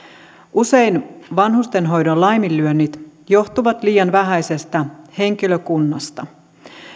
usein vanhustenhoidon laiminlyönnit johtuvat liian vähäisestä henkilökunnasta